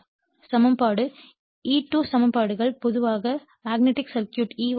F சமன்பாடு E2 சமன்பாடுகள் பொதுவாக மேக்னெட்டிக் சர்க்யூட் E1 4